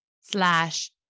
slash